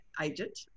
agent